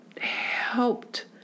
helped